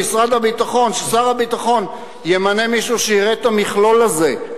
ששר הביטחון ימנה מישהו שיראה את המכלול הזה.